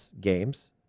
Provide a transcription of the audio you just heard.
games